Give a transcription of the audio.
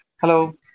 Hello